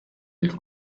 del